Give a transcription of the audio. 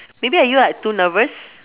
maybe are you like too nervous